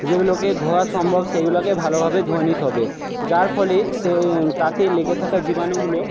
যেগুলোকে ধোয়া সম্ভব সেগুলো আগে ভালোভাবে ধুয়ে নিতে হবে যার ফলে সে তাতে লেগে থাকা জীবাণুগুলো